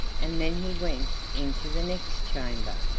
and then he went into the next chamber.